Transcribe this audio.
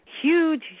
huge